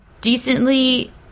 decently